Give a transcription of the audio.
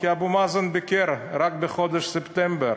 כי אבו מאזן ביקר רק בחודש ספטמבר